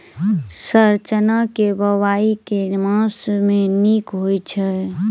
Sir चना केँ बोवाई केँ मास मे नीक होइ छैय?